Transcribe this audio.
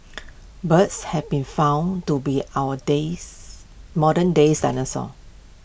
birds have been found to be our days modern days dinosaurs